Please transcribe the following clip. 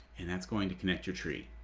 and that's going to connect your tree,